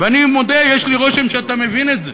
ואני מודה, יש לי רושם שאתה מבין את זה.